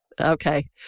Okay